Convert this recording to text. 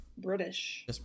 British